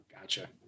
Gotcha